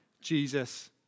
Jesus